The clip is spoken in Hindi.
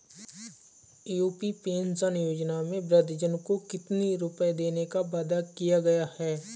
यू.पी पेंशन योजना में वृद्धजन को कितनी रूपये देने का वादा किया गया है?